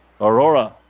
Aurora